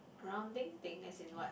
rounding thing as in what